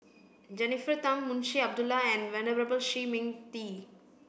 Jennifer Tham Munshi Abdullah and Venerable Shi Ming Di